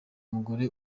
mugore